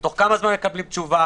מהאינטליגנטים שישבו בוועדה.